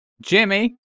Jimmy